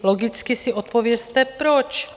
Logicky si odpovězte proč.